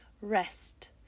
Rest